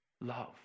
love